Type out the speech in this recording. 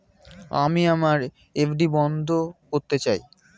আমি আমার এফ.ডি বন্ধ করতে চাই